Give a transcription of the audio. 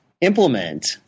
implement